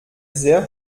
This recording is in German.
sehr